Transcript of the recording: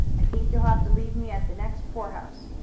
i think you'll have to leave me at the next poorhouse.